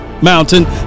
mountain